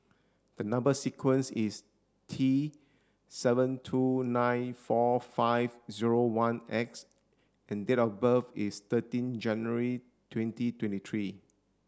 the number sequence is T seven two nine four five zero one X and date of birth is thirteen January twenty twenty three